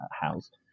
housed